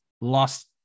lost